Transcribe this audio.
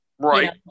Right